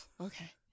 Okay